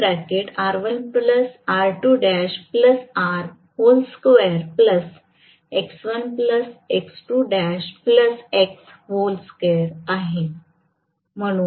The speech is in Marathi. तर हे I फेज आहे